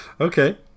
Okay